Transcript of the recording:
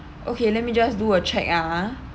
okay let me just do a check ah